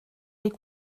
les